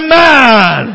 man